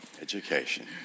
education